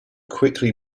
quickly